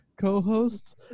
co-hosts